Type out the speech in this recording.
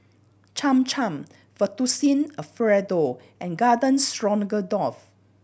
Cham Cham Fettuccine Alfredo and Garden Stroganoff